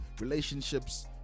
relationships